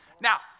Now